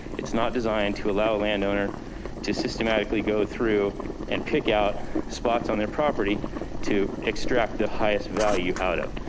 it's not designed to allow a landowner to systematically go through and pick out spots on their property to extract the highest value out of.